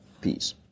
Peace